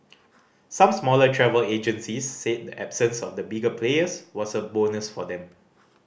some smaller travel agencies said the absence of the bigger players was a bonus for them